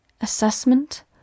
Assessment